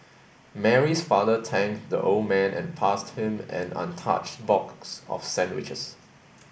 Mary's father thanked the old man and passed him an untouched box of sandwiches